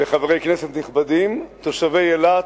וחברי כנסת נכבדים, תושבי אילת,